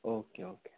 okay okay